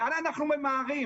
לאן אנחנו ממהרים?